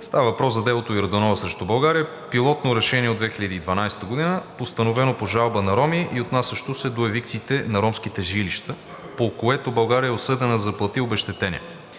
Става въпрос за делото „Йорданова срещу България“, пилотно решение от 2012 г., постановено по жалба на роми и отнасящо се до евикциите на ромските жилища, по което България е осъдена да заплати обезщетение.